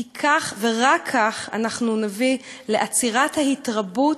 כי כך ורק כך אנחנו נביא לעצירת ההתרבות.